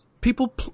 people